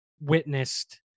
witnessed –